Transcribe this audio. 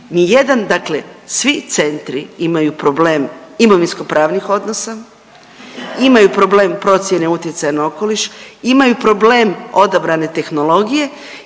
Nijedan, dakle svi centri imaju problem imovinsko pravnih odnosa, imaju problem procjene utjecaja na okoliš, imaju problem odabrane tehnologije